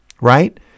right